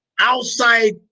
outside